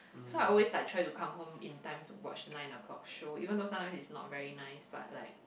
so I always like try to come home in time to watch the nine o-clock show even though sometimes it's not very nice but like